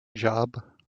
job